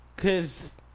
Cause